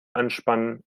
anspannen